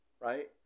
Right